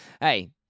Hey